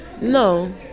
No